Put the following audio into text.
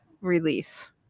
release